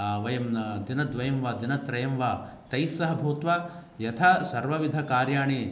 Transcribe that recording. वयं दिनद्वयं वा दिनत्रयं वा तैः सह भूत्वा यथा सर्वविधकार्याणि